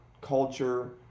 culture